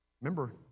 remember